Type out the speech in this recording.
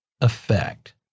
effect